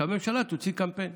שהממשלה תוציא קמפיין,